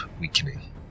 weakening